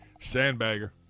Sandbagger